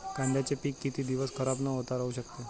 कांद्याचे पीक किती दिवस खराब न होता राहू शकते?